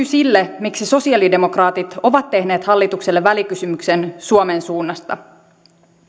sille miksi sosialidemokraatit ovat tehneet hallitukselle välikysymyksen suomen suunnasta